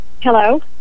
Hello